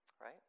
right